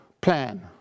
plan